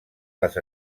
les